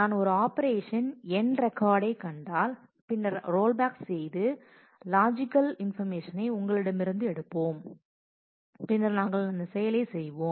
நான் ஒரு operation end ரெக்கார்டை கண்டால் பின்னர் ரோல்பேக் செய்து லாஜிக்கல் இன்ஃபர்மேஷனை உங்களிடமிருந்து எடுப்போம் பின்னர் நாங்கள் அந்த செயலை செய்வோம்